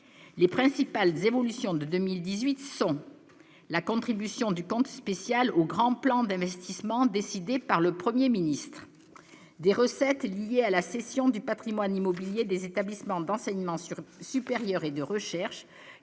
les principales évolutions de 2018 selon la contribution du compte spécial au grand plan d'investissement décidé par le 1er Ministre des recettes liées à la cession du Patrimoine immobilier des établissements d'enseignement sur supérieur et de recherche